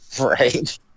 right